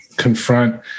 confront